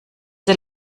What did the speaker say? sie